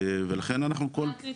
ולכן אנחנו --- מה הקריטריונים?